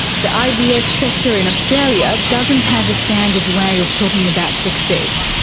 the ivf sector in australia doesn't have a standard way of talking about success.